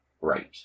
Right